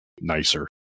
nicer